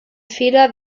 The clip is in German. fehler